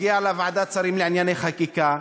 הגיע לוועדת שרים לענייני חקיקה,